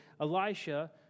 Elisha